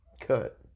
cut